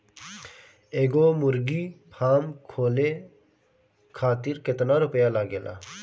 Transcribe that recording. एगो मुर्गी फाम खोले खातिर केतना रुपया लागेला?